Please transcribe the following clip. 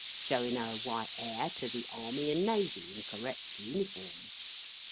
showing her white air to the army and navy in correct uniform.